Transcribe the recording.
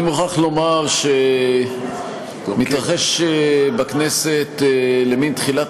אני מוכרח לומר שמתרחש בכנסת למן תחילת